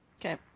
Okay